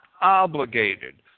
obligated